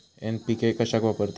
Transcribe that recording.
NPK कशाक वापरतत?